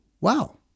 Wow